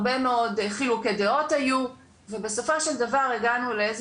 הרבה מאוד חילוקי דעות היו ובסופו של דבר הגענו לאיזה